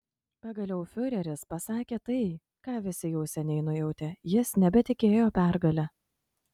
pagaliau fiureris pasakė tai ką visi jau seniai nujautė jis nebetikėjo pergale